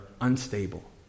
unstable